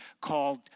called